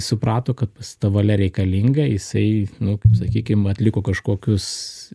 suprato kad pasta valia reikalinga jisai nu sakykim atliko kažkokius